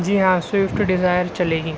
جی ہاں Swift Dzire چلے گی